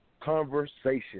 conversation